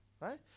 right